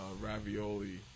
ravioli